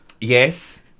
Yes